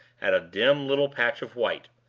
at a dim little patch of white,